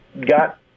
got